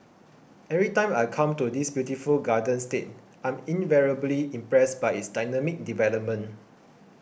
every time I come to this beautiful garden state I'm invariably impressed by its dynamic development